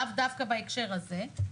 לאו דווקא בהקשר הזה?